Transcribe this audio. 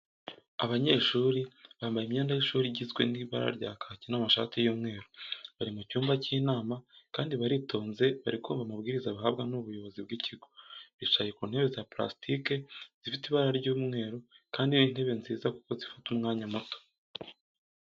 Abanyeshuri bambaye imyenda y'ishuri igizwe n'ibara rya kaki n'amashati y'umweru, bari mu cyumba cy'inama kandi baritonze bari kumva amabwirizwa bahabwa n'ubuyobozi bw'ikigo. Bicaye ku ntebe za pulasitike zifite ibara ry'umweru kandi ni intebe nziza kuko zifata umwanya muto.